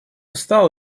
встал